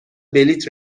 بلیط